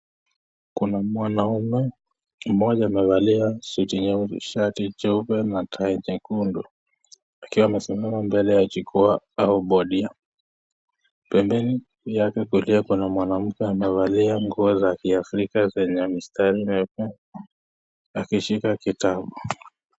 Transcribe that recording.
Kuna mwanaume mmoja amevalia suti nyeusi, shati cheupe na tai nyekundu akiwa amesimama mbele ya jukwaa au bodi. Pembeni yake kulia kuna mwanamke amevalia nguo za Kiafrika zenye mistari nyeupe akishika kitabu.